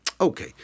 Okay